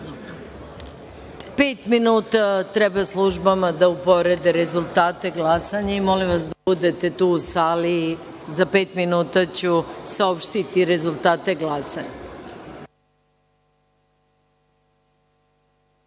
minuta treba službama da uporede rezultate glasanja i molim vas da budete tu u sali, za pet minuta ću saopštiti rezultate glasanja.(Posle